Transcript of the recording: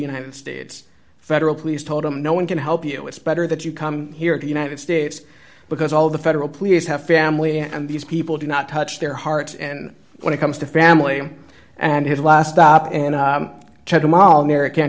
united states federal police told him no one can help you it's better that you come here in the united states because all the federal police have family and these people do not touch their hearts and when it comes to family and his last stop and check them all